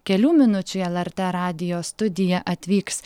kelių minučių į lrt radijo studiją atvyks